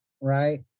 right